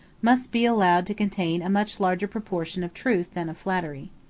must be allowed to contain a much larger proportion of truth than of flattery.